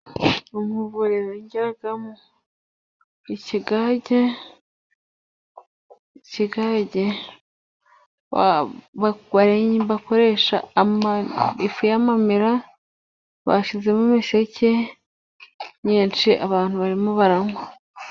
Umuvure bengeramo ikigage. Ikigage bakoresha ifu y'amamera, bashyizemo imiseke myinshi abantu barimo baranywa.